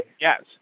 Yes